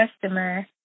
customer